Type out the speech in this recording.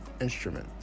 instrument